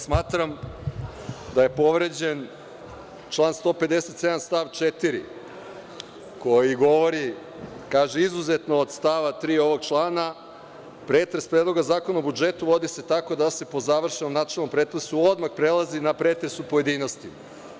Smatram da je povređen 157. stav 4. koji govori – izuzetno od stava 3. ovog člana, pretres Predloga zakona o budžetu, vodi se tako da se po završenom načelnom pretresu odmah prelazi na pretres u pojedinostima.